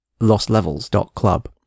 LostLevels.Club